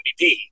MVP